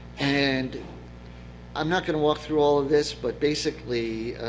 and i'm not going to walk through all of this, but basically,